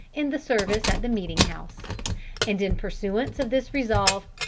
in the service at the meeting-house and in pursuance of this resolve,